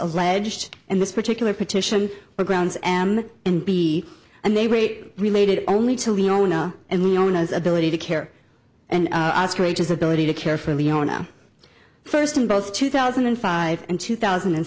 alleged in this particular petition were grounds am and b and they rate related only to leona and the owners ability to care and his ability to care for leona first in both two thousand and five and two thousand and